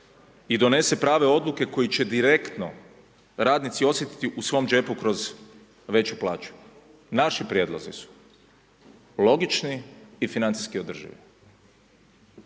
i donese prave odluke koje će direktno radnici osjetiti u svoj džepu kroz veću plaću. Naši prijedlozi su logični i financijski održivi.